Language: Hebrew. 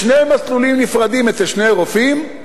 בשני מסלולים נפרדים, אצל שני רופאים,